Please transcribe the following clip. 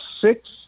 six